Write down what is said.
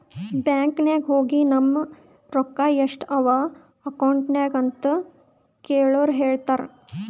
bank ನಾಗ್ ಹೋಗಿ ನಮ್ ರೊಕ್ಕಾ ಎಸ್ಟ್ ಅವಾ ಅಕೌಂಟ್ನಾಗ್ ಅಂತ್ ಕೇಳುರ್ ಹೇಳ್ತಾರ್